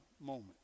moment